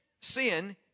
Sin